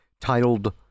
titled